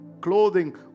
clothing